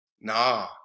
nah